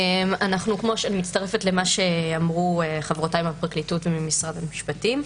אני מצטרפת למה שאמרו חברותיי מהפרקליטות וממשרד המשפטים.